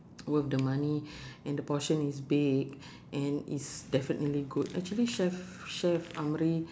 worth the money and the portion is big and it's definitely good actually chef chef amri